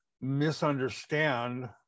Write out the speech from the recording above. misunderstand